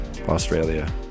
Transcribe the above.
australia